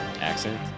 Accent